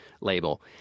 label